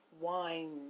wine